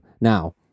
Now